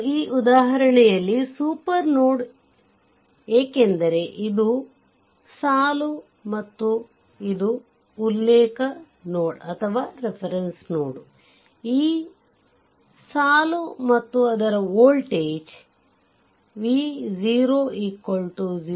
ಮತ್ತು ಈ ಉದಾಹರಣೆಯಲ್ಲಿ ಸೂಪರ್ ನೋಡ್ ಏಕೆಂದರೆ ಇದು ಸಾಲು ಮತ್ತು ಇದು ಉಲ್ಲೇಖ ನೋಡ್ ಈ ಸಾಲು ಮತ್ತು ಅದರ ವೋಲ್ಟೇಜ್ v 0 0